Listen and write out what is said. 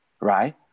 right